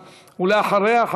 ואחריה,